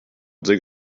dig